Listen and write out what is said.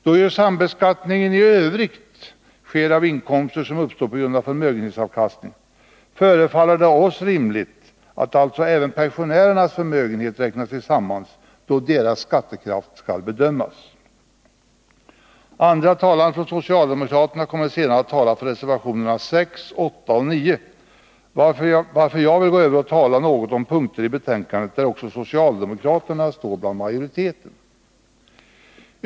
Då ju i övrigt sambeskattning sker av inkomster som uppstår på grund av förmögenhetsavkastning, förefaller det oss rimligt att alltså även pensionärernas förmögenhet räknas samman då deras skattekraft skall bedömas. Andra talare från socialdemokraterna kommer senare att tala för reservationerna 6, 8 och 9, varför jag vill gå över till att tala något om punkter i betänkandet där också socialdemokraterna står bland majoriteten.